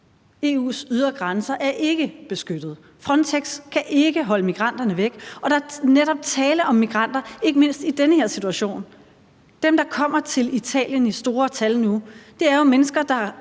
EU's ydre grænser er ikke beskyttede. Frontex kan ikke holde migranterne væk, og der er netop tale om migranter, ikke mindst i den her situation. Dem, der kommer til Italien nu i store tal, er jo mennesker, der